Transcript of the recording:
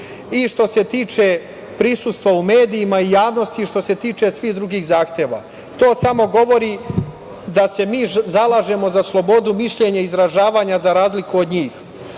i što se tiče prisustva u medijima i javnosti i što se tiče svih drugih zahteva. To samo govori da se mi zalažemo za slobodu mišljenja i izražavanja za razliku od njih. Ali,